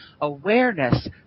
awareness